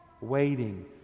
Waiting